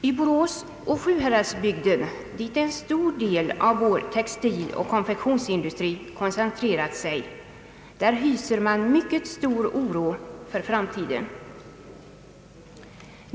I Borås och i Sjuhäradsbygden, dit en stor del av vår textiloch konfektionsindustri koncentrerats, hyser man mycket stor oro för framtiden.